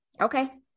Okay